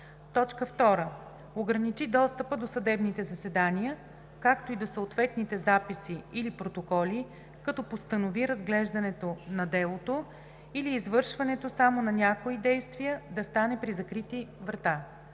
2. ограничи достъпа до съдебните заседания, както и до съответните записи или протоколи, като постанови разглеждането на делото или извършването само на някои действия да стане при закрити врата;